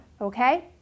okay